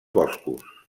boscos